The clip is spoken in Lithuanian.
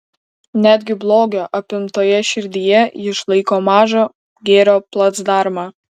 netgi blogio apimtoje širdyje ji išlaiko mažą gėrio placdarmą